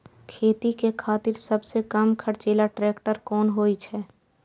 खेती के खातिर सबसे कम खर्चीला ट्रेक्टर कोन होई छै?